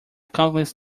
countless